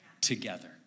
together